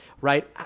right